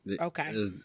okay